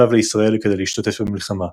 שב לישראל כדי להשתתף במלחמה.